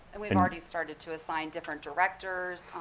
and we've and already started to assign different directors